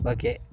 Okay